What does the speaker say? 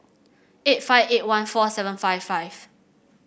eight five eight one four seven five five